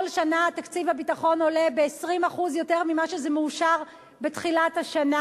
כל שנה תקציב הביטחון עולה ב-20% על זה שמאושר בתחילת השנה.